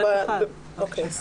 בדיוק.